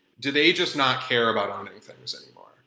do they just not care about owning things anymore?